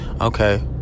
Okay